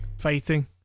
fighting